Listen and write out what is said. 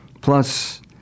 plus